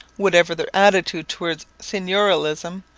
whatever their attitude towards seigneurialism,